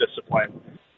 discipline